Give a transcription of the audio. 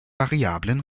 variablen